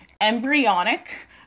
embryonic